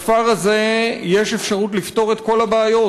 בכפר הזה יש אפשרות לפתור את כל הבעיות.